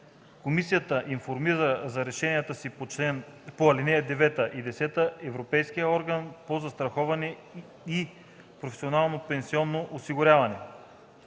Комисията информира за решенията си по ал. 9 и 10 Европейския орган по застраховане и професионално пенсионно осигуряване.”